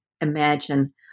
imagine